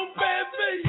baby